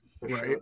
Right